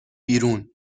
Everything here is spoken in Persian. بیرون